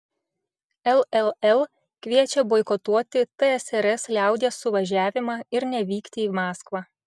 lll kviečia boikotuoti tsrs liaudies suvažiavimą ir nevykti į maskvą